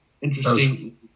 interesting